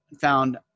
found